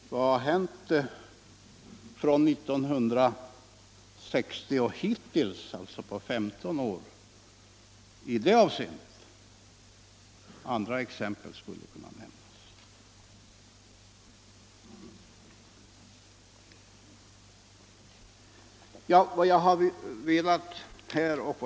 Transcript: Vad har hänt från 1960 och till i dag, på 15 år, i det avseendet? Andra exempel skulle kunna nämnas.